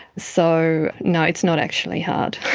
so no, it's not actually hard,